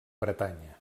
bretanya